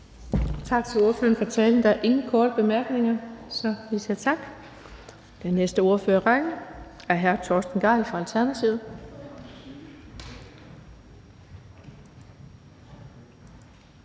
Tak til ordføreren for talen. Der er ingen korte bemærkninger. Den næste ordfører i rækken er hr. Torsten Gejl fra Alternativet.